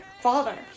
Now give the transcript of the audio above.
Father